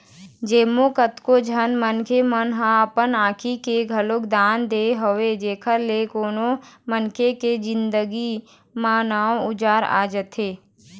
जेमा कतको झन मनखे मन ह अपन आँखी के घलोक दान दे हवय जेखर ले कोनो मनखे के जिनगी म नवा अंजोर आ जाथे